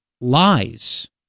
lies